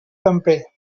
temper